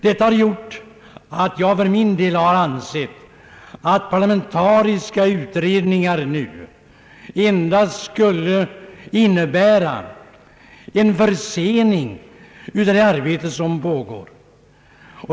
Detta har gjort att jag för min del har ansett att parlamentariska utredningar nu endast skulle innebära en försening av det arbete som pågår.